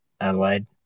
Adelaide